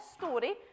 story